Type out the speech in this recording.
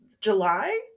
July